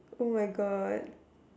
oh my God